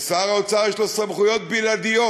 שלשר האוצר יש סמכויות בלעדיות